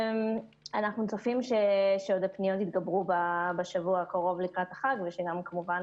אנחנו צופים שמספר הפניות יגדל עוד בשבוע הקרוב לקראת החג וכמובן